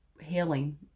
healing